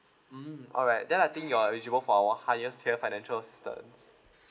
mm alright then I think you are eligible for our highest tier financial assistances